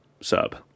sub